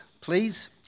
please